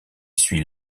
suit